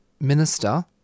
minister